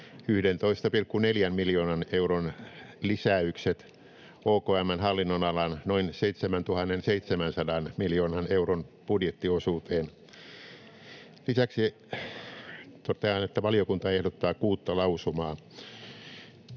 11,4 miljoonan euron lisäykset OKM:n hallinnonalan noin 7 700 miljoonan euron budjettiosuuteen. Lisäksi totean, että valiokunta ehdottaa kuutta lausumaa.